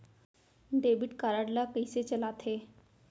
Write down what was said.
Debit card ला कइसे चलाते?